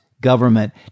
government